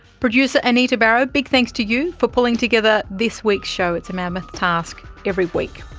producer anita barraud, big thanks to you for pulling together this week's show, it's a mammoth task every week.